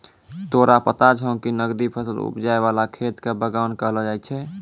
तोरा पता छौं कि नकदी फसल उपजाय वाला खेत कॅ बागान कहलो जाय छै